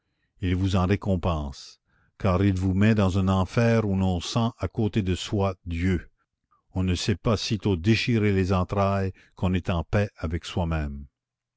il vous en récompense car il vous met dans un enfer où l'on sent à côté de soi dieu on ne s'est pas sitôt déchiré les entrailles qu'on est en paix avec soi-même